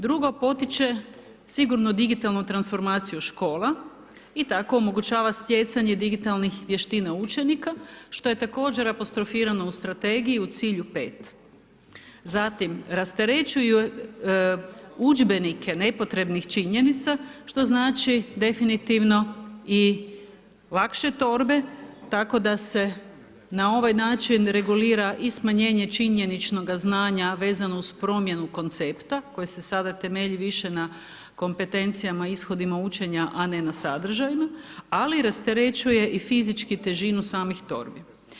Drugo, potiče sigurno digitalnu transformaciju škola i tako omogućava stjecanje digitalnih vještina učenika što je također apostrofirano u Strategiji u cilju 5. Zatim rasterećuju udžbenike nepotrebnih činjenica što znači definitivno i lakše torbe tako da se na ovaj način regulira i smanjenje činjeničnoga znanja vezano uz promjenu koncepta koje se sada temelji više na kompetencijama ishodima učenja a ne na sadržajima ali rasterećuje i fizički težinu samih torbi.